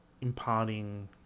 imparting